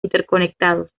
interconectados